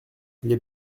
les